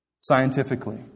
scientifically